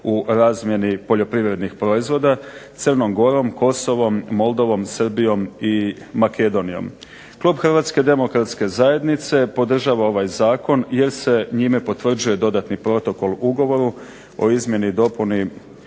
u razmjeni poljoprivrednih proizvoda, Crnom Gorom, Kosovom, Moldovom, Srbijom i Makedonijom. Klub Hrvatske demokratske zajednice podržava ovaj zakon jer se njime potvrđuje Dodatni protokol Ugovoru o izmjeni i dopuni